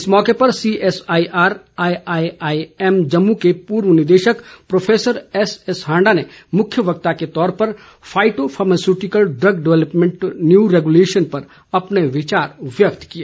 इस मौके पर सीएसआई आर आईआईएम जम्मू के पूर्व निदेशक प्रौफेसर एसएस हांडा ने मुख्य वक्ता के तौर पर phyto pharmaceutical drug development new regulation पर अपने विचार व्यक्त किए